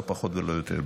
לא פחות ולא יותר,